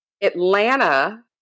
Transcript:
Atlanta